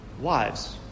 wives